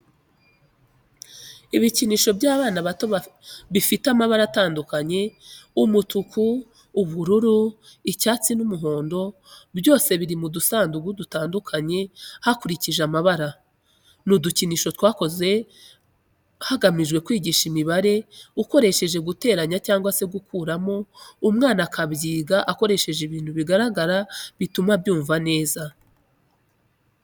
Ibikinisho by'abana bato bifite amabara atandukanye umutuku, ubururu, icyatsi n'umuhondo byose biri mu dusanduku dutandukanye hakurikije amabara. Ni udukinisho twakozwe hagamijwe kwigisha imibare ukoresheje guteranya cyangwa se gukuramo umwana akabyiga akoresheje ibintu bigaragara bituma abyumva neza.